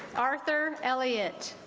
arthur elliot